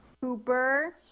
Cooper